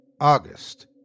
August